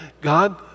God